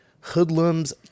hoodlums